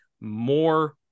more